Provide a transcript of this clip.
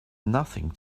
nothing